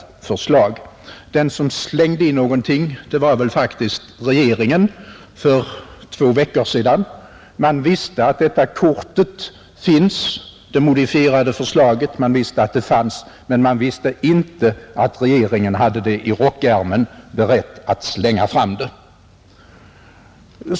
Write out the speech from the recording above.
Den som ”slängde in” någonting var faktiskt regeringen, för två veckor sedan. Man visste att detta kort — det modifierade förslaget — fanns, men man visste inte att regeringen hade det i rockärmen, beredd att slänga fram det.